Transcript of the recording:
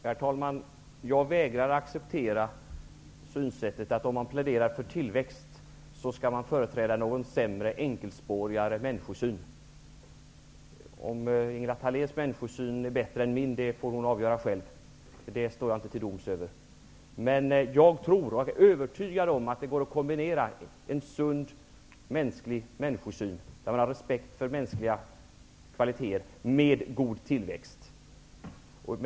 Herr talman! Jag vägrar att acceptera synsättet att man, om man pläderar för tillväxt, skall företräda någon sämre, mer enkelspårig, människosyn. Om Ingela Thaléns människosyn är bättre än min får hon avgöra själv. Det står inte jag till doms över. Jag är övertygad om att det går att kombinera en sund människosyn, respekt för mänskliga kvaliteter, med god tillväxt.